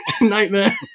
nightmare